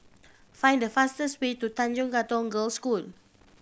find the fastest way to Tanjong Katong Girls' School